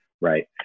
right